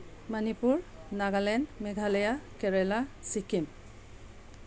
Manipur Nagaland Meghalaya Kerala Sikkim